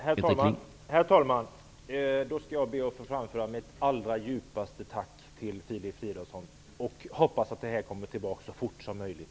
Herr talman! Jag skall då be att få framföra mitt allra djupaste tack till Filip Fridolfsson, och jag hoppas att frågan skall komma tillbaka så fort som möjligt.